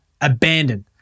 abandoned